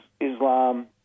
Islam